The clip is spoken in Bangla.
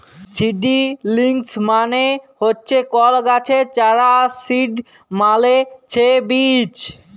ছিডিলিংস মানে হচ্যে কল গাছের চারা আর সিড মালে ছে বীজ